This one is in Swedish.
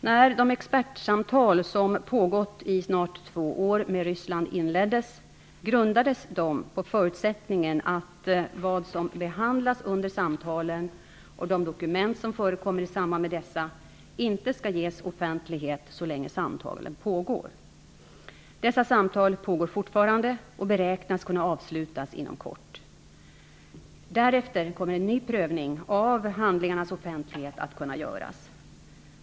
När de expertsamtal som pågått i snart två år med Ryssland inleddes, grundades de på förutsättningen att vad som behandlades under samtalen och de dokument som förekommer i samband med dessa inte skall ges offentlighet så länge samtalen pågår. Dessa samtal pågår fortfarande och beräknas kunna avslutas inom kort. Därefter kommer en ny prövning av handlingarnas offentlighet att kunna göras.